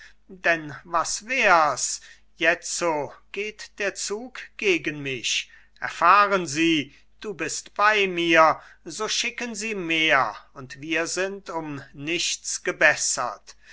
denn was wär's jetzo geht der zug gegen mich erfahren sie du bist bei mir so schicken sie mehr und wir sind um nichts gebessert